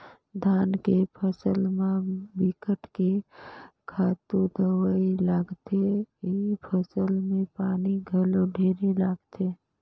धान के फसल म बिकट के खातू दवई लागथे, ए फसल में पानी घलो ढेरे लागथे